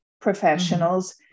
professionals